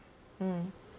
mm